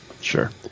Sure